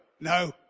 no